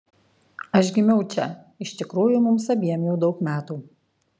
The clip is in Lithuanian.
aš gimiau čia iš tikrųjų mums abiem jau daug metų